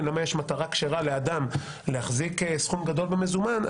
למה יש מטרה כשרה לאדם להחזיק סכום גדול במזומן,